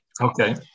Okay